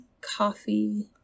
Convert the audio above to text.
coffee